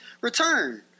return